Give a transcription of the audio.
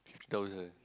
fifty thousand